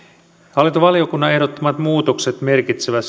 hallintovaliokunnan ehdottamat muutokset merkitsevät